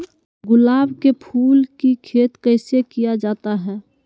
गुलाब के फूल की खेत कैसे किया जाता है?